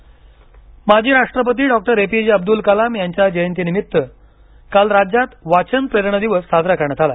वाचन प्रेरणा दिन माजी राष्ट्रपती doctor A P J Abdul Kalam यांच्या जयंती दिनानिमित्त काल राज्यात वाचन प्रेरणा दिवस साजरा करण्यात आला